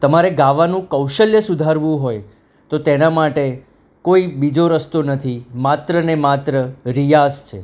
તમારે ગાવાનું કૌશલ્ય સુધારવું હોય તો તેના માટે કોઈ બીજો રસ્તો નથી માત્ર ને માત્ર રિયાઝ છે